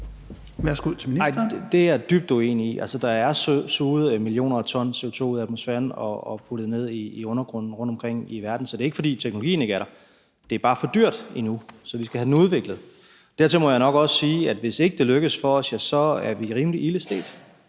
det er jeg dybt uenig i. Altså, der er suget millioner af ton CO2 ud af atmosfæren og puttet ned i undergrunden rundtomkring i verden. Så det er ikke, fordi teknologien ikke er der. Det er bare for dyrt endnu, så vi skal have den udviklet. Dertil må jeg nok også sige, at hvis ikke det lykkes for os, ja, så er vi rimelig ilde stedt,